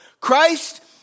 Christ